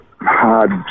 hard